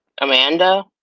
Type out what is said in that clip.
Amanda